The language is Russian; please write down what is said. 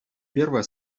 первая